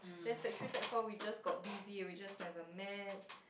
then sec three sec four we just got busy we just never met